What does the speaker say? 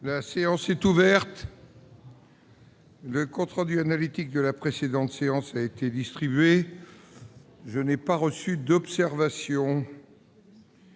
La séance est ouverte. Le compte rendu analytique de la précédente séance a été distribué. Il n'y a pas d'observation